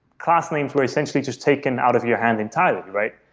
class names were essentially just taken out of your hand entirely, right?